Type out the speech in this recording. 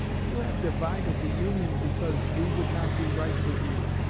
you have divided the union because we would not do right with you,